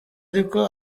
ariko